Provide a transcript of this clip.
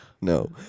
No